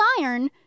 iron